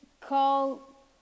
call